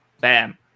Bam